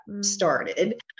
started